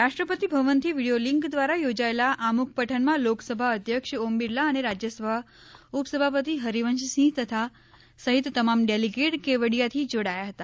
રાષ્ટ્રપતિ ભવનથી video link દ્વારા યોજાયેલા આમુખ પઠનમાં લોકસભા અધ્યક્ષ ઓમ બિરલા અને રાજ્ય સભા ઉપસભાપતિ હરિવંશસિંહ સહિત તમામ ડેલીગેટ કેવડીયાથી જોડાયા હતા